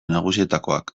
nagusietakoak